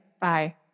Bye